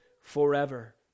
forever